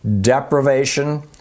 deprivation